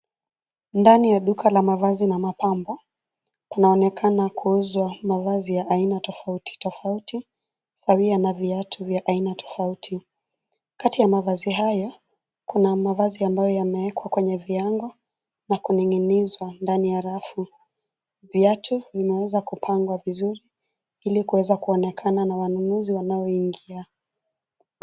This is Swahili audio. Ndani ya duka la mavazi na mapambo, panaonekana kuuzwa mavazi ya aina tofauti tofauti, sawia na viatu vya aina tofauti. Kati ya mavazi hayo, kuna mavazi ambayo yamewekwa kwenye viango na kuninginizwa ndani ya rafu. Viatu vimeweza kupangwa vizuri ili kuweza kuonekana na wanunuzi wanaoingia.